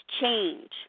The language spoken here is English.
change